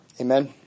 Amen